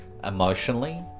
emotionally